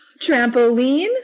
Trampoline